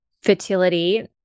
fertility